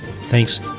Thanks